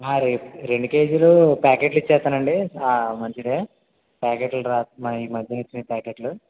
రెండు కేజీలు ప్యాకెట్లు ఇచ్చేస్తానండి మంచిదే ప్యాకెట్లు రాస్తున ఈ మధ్యన వచ్చినవి ప్యాకెట్లు